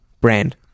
brand